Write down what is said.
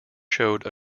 showed